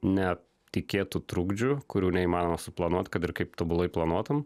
ne tikėtų trukdžių kurių neįmanoma suplanuoti kad ir kaip tobulai planuotum